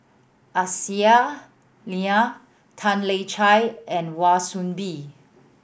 Aisyah Lyana Tan Lian Chye and Wan Soon Bee